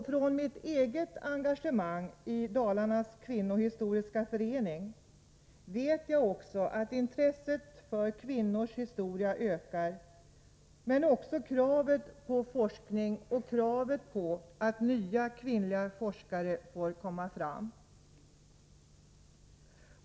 Från mitt eget engagemang i Dalarnas kvinnohistoriska förening vet jag att intresset för kvinnors historia ökar. Det gör också kravet på forskning och kravet på att nya kvinnliga forskare får komma fram.